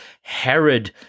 Herod